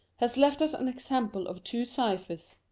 has left us an example of two cyphers,